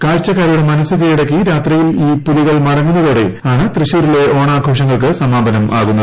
കാഴ്ചക്കാരുടെ മനസ്സ് കീഴടക്കി രാത്രിയിൽ ് ഈ പുലികൾ മടങ്ങുന്നതോടെ ആണ് തൃശ്ശൂരിലെ ഓണാഘോഷങ്ങൾക്ക് സമാപനം ആകുന്നത്